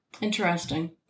Interesting